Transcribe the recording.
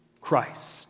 Christ